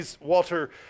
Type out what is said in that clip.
Walter